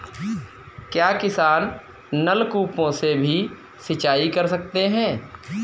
क्या किसान नल कूपों से भी सिंचाई कर सकते हैं?